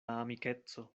amikeco